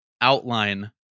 outline